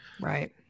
right